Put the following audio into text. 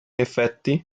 effetti